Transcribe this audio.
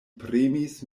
premis